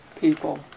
people